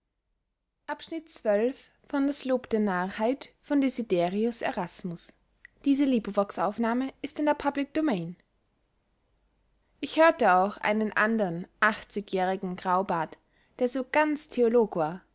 ich hörte auch einen andern achtzigjährigen graubart der so ganz theolog